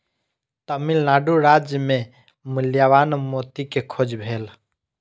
तमिल नाडु राज्य मे मूल्यवान मोती के खोज भेल